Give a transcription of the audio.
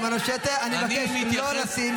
אתה עולה פה על הבמה ומשקר.